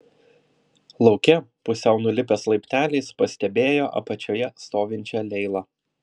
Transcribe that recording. lauke pusiau nulipęs laipteliais pastebėjo apačioje stovinčią leilą